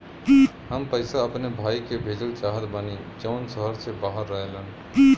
हम पैसा अपने भाई के भेजल चाहत बानी जौन शहर से बाहर रहेलन